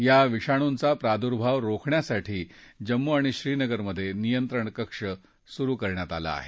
या विषाणूंचा प्रादुर्भाव रोखण्यासाठी जम्मू आणि श्रीनगरमध्ये नियंत्रण कक्ष सुरु केलं आहे